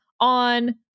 on